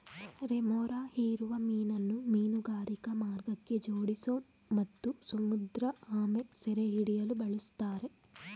remora ಹೀರುವ ಮೀನನ್ನು ಮೀನುಗಾರಿಕಾ ಮಾರ್ಗಕ್ಕೆ ಜೋಡಿಸೋ ಮತ್ತು ಸಮುದ್ರಆಮೆ ಸೆರೆಹಿಡಿಯಲು ಬಳುಸ್ತಾರೆ